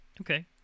okay